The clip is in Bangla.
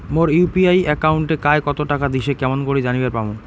মোর ইউ.পি.আই একাউন্টে কায় কতো টাকা দিসে কেমন করে জানিবার পামু?